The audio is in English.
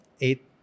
eight